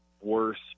worse